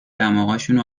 دماغشونو